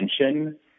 attention